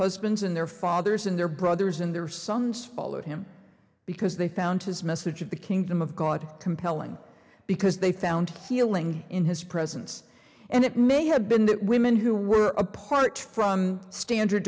husbands and their fathers and their brothers and their sons followed him because they found his message of the kingdom of god compelling because they found healing in his presence and it may have been that women who were apart from standard